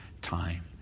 time